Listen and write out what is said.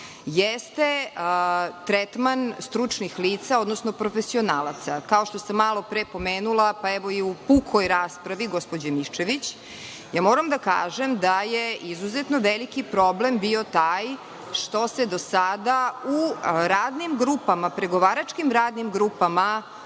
jeste tretman stručnih lica, odnosno profesionalaca. Kao što sam malopre pomenula, pa i u pukoj raspravi gospođe Miščević, moram da kažem da je izuzetno veliki problem bio taj što se do sada u pregovaračkim radnim grupama